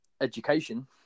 education